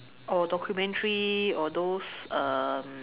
oh documentaries or those um